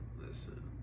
listen